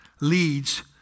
leads